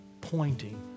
pointing